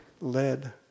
Led